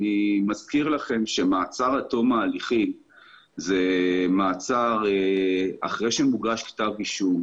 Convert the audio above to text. אני מזכיר לכם שמעצר עד תום הליכים זה מעצר אחרי שמוגש כתב אישום